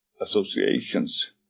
associations